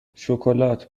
شکلات